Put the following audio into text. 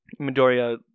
Midoriya